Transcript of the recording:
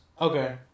Okay